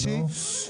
שלישי,